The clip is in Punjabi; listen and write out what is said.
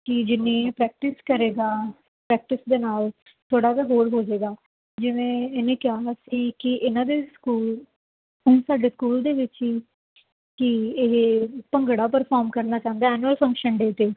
ਕਿ ਜਿੰਨੀ ਪ੍ਰੈਕਟਿਸ ਕਰੇਗਾ ਪ੍ਰੈਕਟਿਸ ਦੇ ਨਾਲ ਥੋੜ੍ਹਾ ਜਿਹਾ ਹੋਰ ਹੋ ਜਾਏਗਾ ਜਿਵੇਂ ਇਹਨੇ ਕਿਹਾ ਸੀ ਕਿ ਇਹਨਾਂ ਦੇ ਸਕੂਲ ਸਾਡੇ ਸਕੂਲ ਦੇ ਵਿੱਚ ਹੀ ਕਿ ਇਹ ਭੰਗੜਾ ਪਰਫੋਰਮ ਕਰਨਾ ਚਾਹੁੰਦਾ ਅਨੁਅਲ ਫੰਸ਼ਨ ਡੇ 'ਤੇ